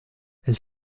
elle